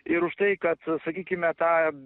ir už tai kad sakykime tą